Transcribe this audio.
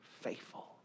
faithful